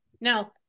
Now